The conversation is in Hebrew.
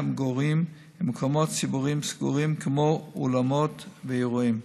המגורים ומקומות ציבוריים סגורים כמו אולמות ואירועים,